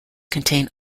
contain